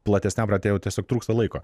platesniam rate jau tiesiog trūksta laiko